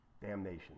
damnation